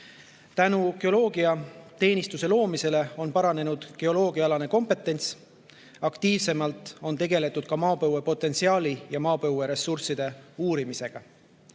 Tänu geoloogiateenistuse loomisele on paranenud geoloogiaalane kompetents. Aktiivsemalt on tegeletud ka maapõuepotentsiaali ja maapõueressursside uurimisega.